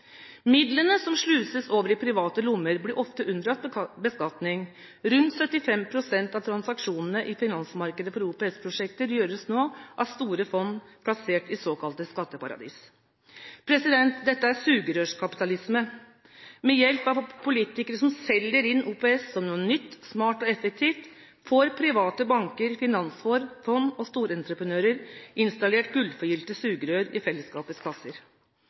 Midlene som sluses over i private lommer, blir ofte unndratt beskatning. Rundt 75 pst. av transaksjonene i finansmarkedet for OPS-prosjekter gjøres nå av store fond plassert i såkalte skatteparadis. Dette er sugerørskapitalisme. Med hjelp av politikere som selger inn OPS som noe nytt, smart og effektivt, får private banker, finansfond og storentreprenører installert gullforgylte sugerør i fellesskapets kasser.